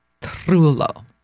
Trullo